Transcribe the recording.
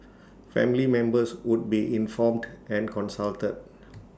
family members would be informed and consulted